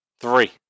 Three